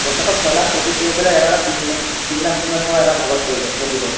বছৰেকত ছয় লাখ প্ৰফিট কৰিব পাৰিলে এটা এটাৰ তিনি লাখ তিনি লাখ টকা ভাগত পৰিব প্ৰফিটত